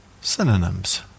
synonyms